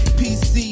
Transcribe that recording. pc